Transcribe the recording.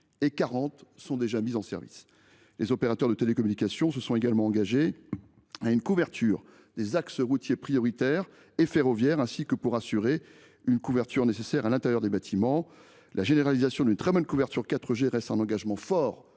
sont déjà mis en service. Les opérateurs de télécommunication se sont également engagés à couvrir les axes routiers prioritaires et ferroviaires et à assurer une couverture nécessaire à l’intérieur des bâtiments. La généralisation d’une très bonne couverture 4G demeure un engagement fort